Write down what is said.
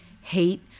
hate